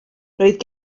roedd